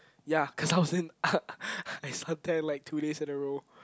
ya cause I was in I suntan like two days in a row